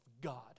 God